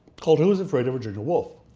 called who is afraid of virginia wolf?